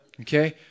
Okay